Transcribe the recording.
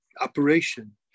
operation